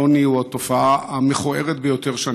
העוני הוא התופעה המכוערת ביותר שאני